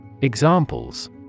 Examples